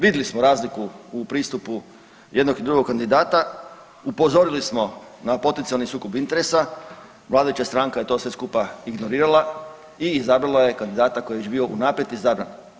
Vidli smo razliku u pristupu jednog i drugog kandidata, upozorili smo na potencijalni sukob interesa, vladajuća stranka je to sve skupa ignorirala i izabrala je kandidata koji je već bio unaprijed izabran.